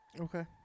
Okay